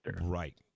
right